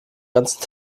ganzen